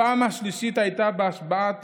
הפעם השלישית הייתה בהשבעת